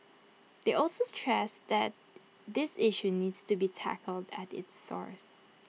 they also stressed that this issue needs to be tackled at its source